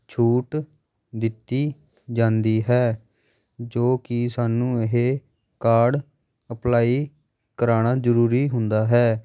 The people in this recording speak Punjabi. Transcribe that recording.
ਛੂਟ ਦਿੱਤੀ ਜਾਂਦੀ ਹੈ ਜੋ ਕਿ ਸਾਨੂੰ ਇਹ ਕਾਰਡ ਅਪਲਾਈ ਕਰਾਉਣਾ ਜ਼ਰੂਰੀ ਹੁੰਦਾ ਹੈ